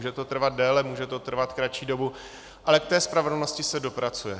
Může to trvat déle, může to trvat kratší dobu, ale k té spravedlnosti se dopracujete.